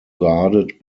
guarded